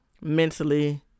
mentally